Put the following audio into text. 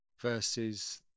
versus